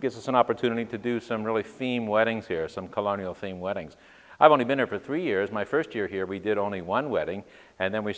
gives us an opportunity to do some really theme weddings here some colonial theme weddings i've only been here for three years my first year here we did only one wedding and then we